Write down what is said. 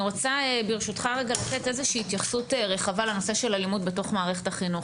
אני רוצה לתת איזושהי התייחסות רחבה לנושא של אלימות בתוך מערכת החינוך.